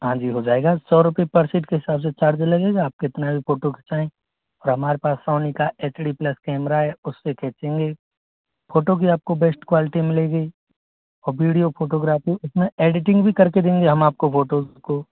हाँ जी हो जाएगा सौ रुपये पर सीट के हिसाब से चार्ज लगेगा आप कितने भी फोटो खिंचाएं और हमारे पास सोनी का एच डी प्लस कैमरा है उस पर खींचेंगे फ़ोटो भी आपको बेश्ट क्वालटी मिलेगी और वीडियो फ़ोटोग्राफ़ी उस में एडिटिंग भी कर के देंगे हम आपको फोटोस को